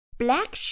black